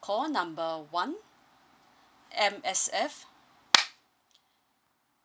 call number one M_S_F